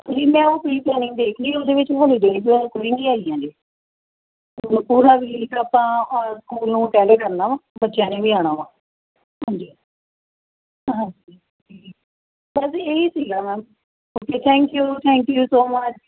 ਜੀ ਮੈਂ ਉਹ ਫ੍ਰੀ ਪਲੈਨਿੰਗ ਦੇਖ ਲਈ ਉਹਦੇ ਵਿੱਚ ਹਲੇ ਜੇ ਹੋਰ ਥੋੜ੍ਹਾ ਵੀ ਇੱਕ ਆਪਾਂ ਔਲ ਸਕੂਲ ਨੂੰ ਅਟੈਂਡ ਕਰਨਾ ਵਾ ਬੱਚਿਆਂ ਨੇ ਵੀ ਆਉਣਾ ਵਾ ਹਾਂਜੀ ਹਾਂਜੀ ਬਸ ਜੀ ਇਹ ਹੀ ਸੀਗਾ ma'am okay thank you thank you so much